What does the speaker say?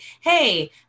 hey